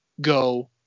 go